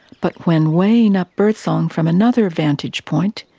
but when weighing up birdsong from another vantage point,